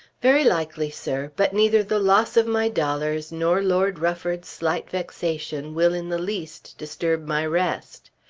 very likely, sir. but neither the loss of my dollars, nor lord rufford's slight vexation will in the least disturb my rest.